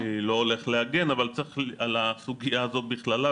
אני לא הולך להגן על הסוגיה הזו בכללה,